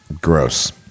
Gross